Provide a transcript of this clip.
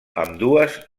ambdues